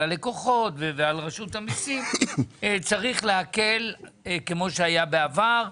הלקוחות ועל רשות המיסים צריך להקל כמו שהיה בעבר,